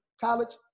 college